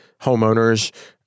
homeowners